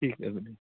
ਠੀਕ ਹੈ